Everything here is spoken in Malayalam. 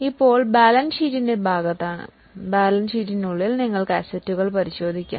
ഇപ്പോൾ ഞങ്ങൾ ബാലൻസ് ഷീറ്റിന്റെ വിഭാഗത്തിലാണ് ബാലൻസ് ഷീറ്റിനുള്ളിൽ നിങ്ങൾക്ക് അസറ്റുകൾ പരിശോധിക്കാം